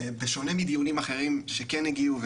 ובשונה מדיונים אחרים שכן הגיעו,